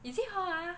is it her ah